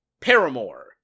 Paramore